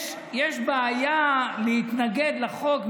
יש בעיה להתנגד לחוק,